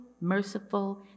merciful